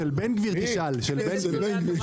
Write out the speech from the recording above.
תשאל מי של בן גביר.